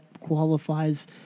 qualifies